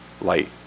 light